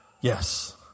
Yes